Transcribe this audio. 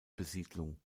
besiedlung